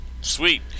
Sweet